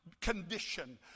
condition